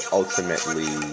ultimately